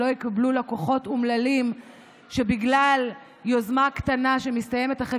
שלא יקבלו לקוחות אומללים שבגלל יוזמה קטנה שמסתיימת אחרי